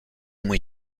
muy